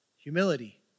humility